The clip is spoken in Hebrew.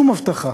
שום הבטחה.